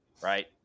right